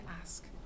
ask